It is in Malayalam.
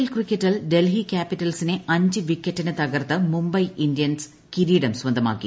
എൽ ക്രിക്കറ്റിൽ ഡ്ടൽഹി ക്യാപിറ്റൽസിനെ അഞ്ച് വിക്കറ്റിന് തകർത്ത് മുംബൈ ഇന്ത്യൻസ് കിരീടം സ്വന്തമാക്കി